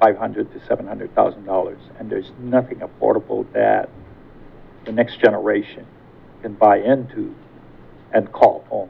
five hundred to seven hundred thousand dollars and there's nothing affordable that the next generation can buy into and call